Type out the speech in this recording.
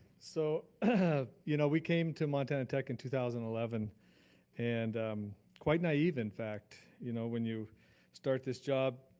so you know we came to montana tech in two thousand and eleven and quite naive in fact, you know when you start this job.